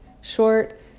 short